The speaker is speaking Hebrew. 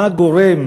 מה הגורם